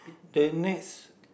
the next